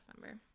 member